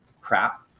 crap